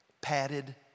Padded